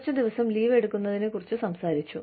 കുറച്ചു ദിവസം ലീവ് എടുക്കുന്നതിനെ കുറിച്ച് സംസാരിച്ചു